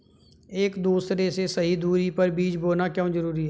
एक दूसरे से सही दूरी पर बीज बोना क्यों जरूरी है?